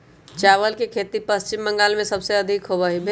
चावल के खेती पश्चिम बंगाल में सबसे अधिक होबा हई